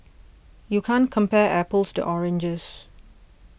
you can't compare apples to oranges